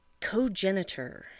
Cogenitor